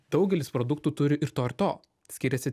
daugelis produktų turi ir to ir to skiriasi